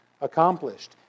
accomplished